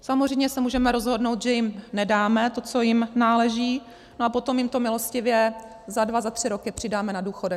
Samozřejmě se můžeme rozhodnout, že jim nedáme to, co jim náleží, a potom jim to milostivě za dva za tři roky přidáme na důchodech.